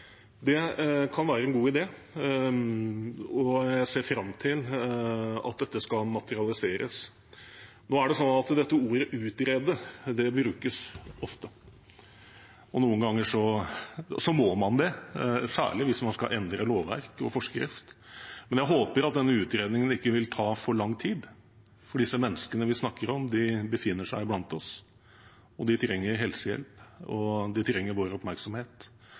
Det kan være en god idé, og jeg ser fram til at dette skal materialiseres. Nå er det sånn at ordet «utrede» brukes ofte. Noen ganger må man det, særlig hvis man skal endre lovverk og forskrift, men jeg håper at denne utredningen ikke vil ta for lang tid, for disse menneskene vi snakker om, befinner seg iblant oss. De trenger helsehjelp, og de trenger vår oppmerksomhet.